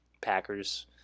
Packers